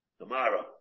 Tomorrow